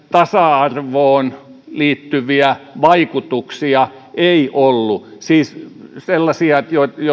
tasa arvoon liittyviä vaikutuksia ei ollut siis sellaisia